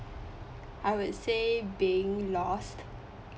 I would say being lost